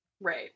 Right